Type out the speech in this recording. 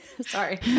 sorry